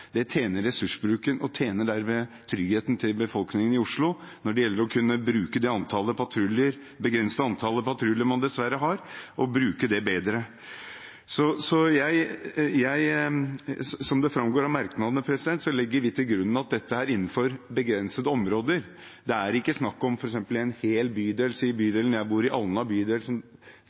tjener ressursbruken og derved tryggheten til befolkningen i Oslo ved at man kan bruke det dessverre begrensede antallet patruljer man har, bedre. Som det framgår av merknadene, legger vi til grunn at dette er innenfor begrensede områder. Det er ikke snakk om f.eks. en hel bydel, som Alna bydel, som jeg bor i, og som